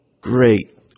Great